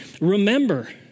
remember